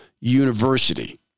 University